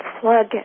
plug